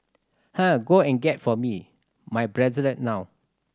eh go and get for me my bracelet now